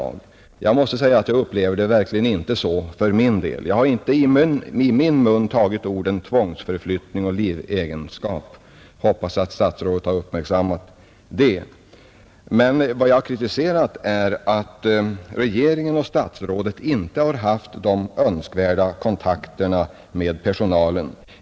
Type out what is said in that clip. Jag måste säga att jag verkligen inte upplever det så för min del. Jag har inte tagit orden tvångsförflyttning och livegenskap i min mun — jag hoppas att statsrådet har uppmärksammat det. Men jag har kritiserat att regeringen och statsrådet inte har haft de önskvärda kontakterna med personalen.